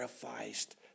sacrificed